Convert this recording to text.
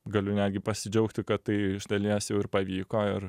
galiu netgi pasidžiaugti kad tai iš dalies jau ir pavyko ir